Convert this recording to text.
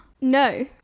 No